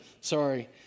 sorry